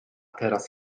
teraz